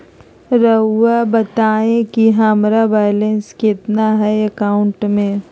रहुआ बताएं कि हमारा बैलेंस कितना है अकाउंट में?